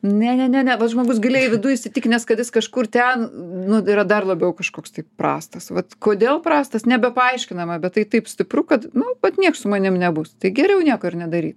ne ne ne vat žmogus giliai viduj įsitikinęs kad jis kažkur ten nu yra dar labiau kažkoks tai prastas vat kodėl prastas nebepaaiškinama bet tai taip stipru kad nu vat nieks su manim nebus tai geriau nieko ir nedaryt